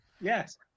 Yes